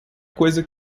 coisa